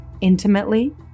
intimately